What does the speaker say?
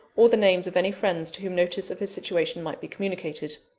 or the names of any friends to whom notice of his situation might be communicated.